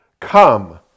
Come